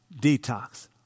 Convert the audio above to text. detox